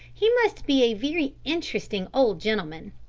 he must be a very interesting old gentleman.